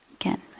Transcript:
Again